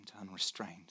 unrestrained